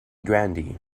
grandee